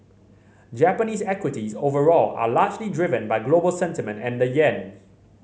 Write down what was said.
Japanese equities overall are largely driven by global sentiment and the yen